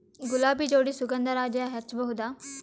ಗುಲಾಬಿ ಜೋಡಿ ಸುಗಂಧರಾಜ ಹಚ್ಬಬಹುದ?